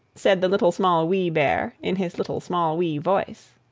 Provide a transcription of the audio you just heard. said the little, small, wee bear, in his little, small, wee voice.